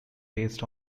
based